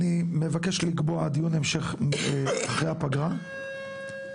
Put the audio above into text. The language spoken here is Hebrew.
אני מבקש לקבוע דיון המשך אחרי הפגרה בנושא.